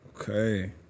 Okay